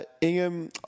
Ingham